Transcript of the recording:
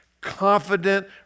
confident